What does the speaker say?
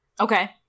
Okay